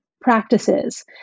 practices